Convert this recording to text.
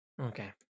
Okay